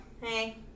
Hey